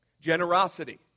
Generosity